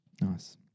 Nice